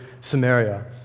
Samaria